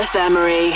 memory